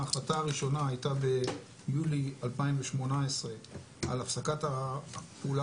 ההחלטה הראשונה הייתה ביולי 2018 על הפסקת הפעולה